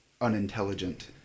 unintelligent